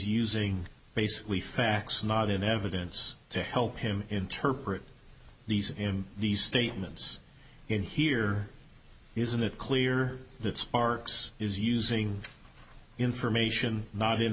using basically facts not in evidence to help him interpret these in these statements and here is it clear that sparks is using information not in